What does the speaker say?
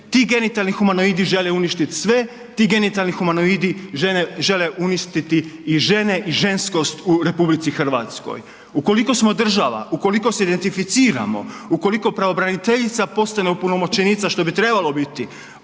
Ti genitalni humanoidi žele uništiti sve, ti genitalni humanoidi žele uništiti i žene i ženskost u RH. Ukoliko smo država, ukoliko se identificiramo, ukoliko bravobraniteljica postane opunomoćenica što bi trebalo biti